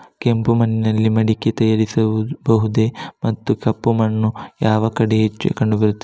ಕೆಂಪು ಮಣ್ಣಿನಲ್ಲಿ ಮಡಿಕೆ ತಯಾರಿಸಬಹುದೇ ಮತ್ತು ಕಪ್ಪು ಮಣ್ಣು ಯಾವ ಕಡೆ ಹೆಚ್ಚು ಕಂಡುಬರುತ್ತದೆ?